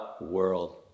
world